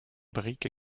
briques